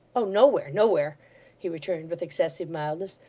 oh nowhere, nowhere he returned with excessive mildness.